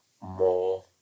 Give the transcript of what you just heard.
more